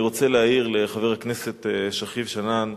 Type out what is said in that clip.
ואני רוצה להעיר לחבר הכנסת שכיב שנאן,